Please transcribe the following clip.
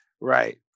right